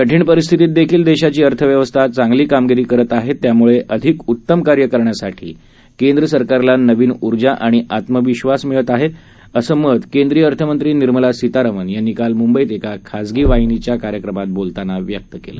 कठिण परिस्थितीतही देशाची अर्थव्यवस्था चांगली कामगिरी करत असून यामुळे अधिक उत्तम कार्य करण्यासाठी केंद्र सरकारला नवीन उर्जा आणि आत्मविश्वास मिळत आहे असं मत केंद्रीय अर्थमंत्री निर्मला सीतारामन यांनी काल मुंबईत एका खासगी वाहिनीच्या कार्यक्रमात बोलताना व्यक्त केलं